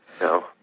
No